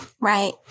Right